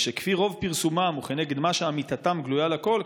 אלא שכפי רוב פרסומם וכנגד מה שאמיתתם גלויה לכול,